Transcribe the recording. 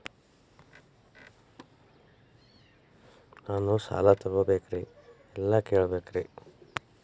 ನಾನು ಸಾಲ ತೊಗೋಬೇಕ್ರಿ ಎಲ್ಲ ಕೇಳಬೇಕ್ರಿ?